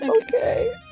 okay